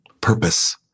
purpose